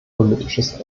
politisches